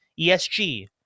ESG